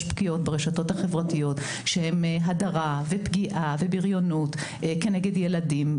יש פגיעות ברשתות החברתיות שהן הדרה ופגיעה ובריונות כנגד ילדים.